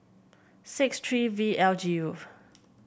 six three V L G U